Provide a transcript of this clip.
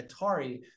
Atari